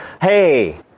hey